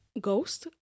Ghost